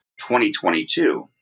2022